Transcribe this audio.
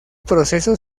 proceso